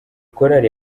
korali